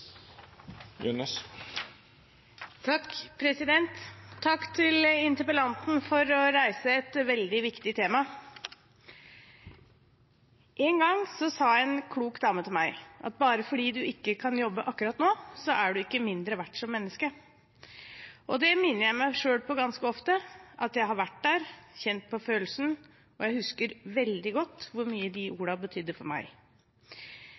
Takk til interpellanten for å reise et veldig viktig tema. En gang sa en klok dame til meg: Bare fordi du ikke kan jobbe akkurat nå, er du ikke mindre verdt som menneske. Det minner jeg meg selv på ganske ofte, at jeg har vært der, kjent på følelsen, og jeg husker veldig godt hvor mye de ordene betydde for meg.